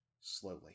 Slowly